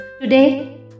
Today